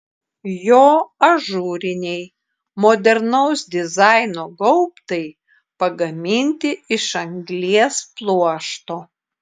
jo ažūriniai modernaus dizaino gaubtai pagaminti iš anglies pluošto